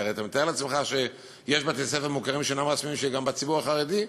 כי אתה מתאר לעצמך שיש בתי-ספר מוכרים שאינם רשמיים גם בציבור החרדי,